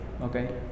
Okay